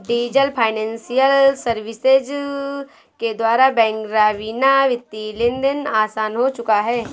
diesel financial services के द्वारा bank रवीना वित्तीय लेनदेन आसान हो चुका है